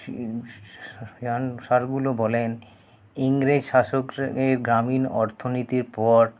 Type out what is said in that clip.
স্যারগুলো বলেন ইংরেজ শাসক গ্রামীণ অর্থনীতির পর